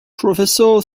professor